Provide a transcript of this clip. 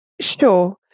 Sure